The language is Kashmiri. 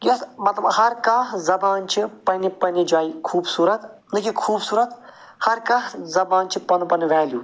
یَتھ مطلب ہر کانٛہہ زبان چھِ پَنٛنہِ پَنٛنہِ جایہِ خوٗبصوٗرَت نہ کہ خوٗبصوٗرَت ہر کانٛہہ زبان چھِ پَنُن پَنُن وٮ۪لیُو